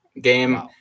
game